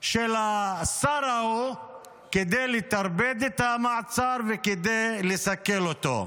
של השר ההוא כדי לטרפד את המעצר וכדי לסכל אותו.